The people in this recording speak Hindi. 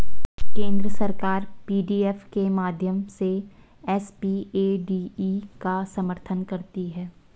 केंद्र सरकार पी.डी.एफ के माध्यम से एस.पी.ए.डी.ई का समर्थन करती है